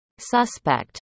suspect